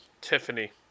Tiffany